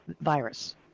virus